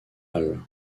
halle